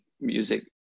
music